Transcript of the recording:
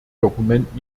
dokument